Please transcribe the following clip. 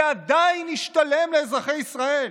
זה עדיין ישתלם לאזרחי ישראל.